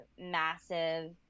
massive